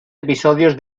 episodios